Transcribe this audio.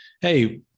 hey